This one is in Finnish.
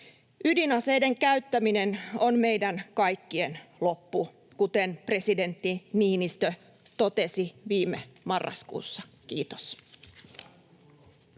”ydinaseiden käyttäminen on meidän kaikkien loppu”, kuten presidentti Niinistö totesi viime marraskuussa. — Kiitos.